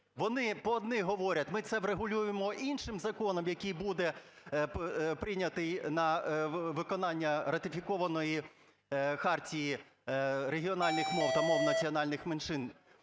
вони по одних говорять "ми це врегулюємоіншим законом, який буде прийнятий на виконання ратифікованої Хартії регіональних мов та мов національних менш";